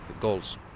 goals